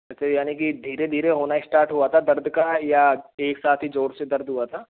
अच्छा यानि कि धीरे धीरे होना स्टार्ट हुआ था दर्द का या एक साथ ही जोर से दर्द हुआ था